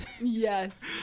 yes